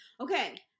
Okay